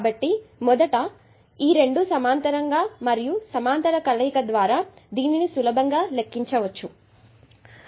కాబట్టి మొదట ఈ 2 సమాంతరంగా ఉన్నాయి మరియు సమాంతర కలయిక ద్వారా మీరు దీనిని సులభంగా లెక్కించవచ్చు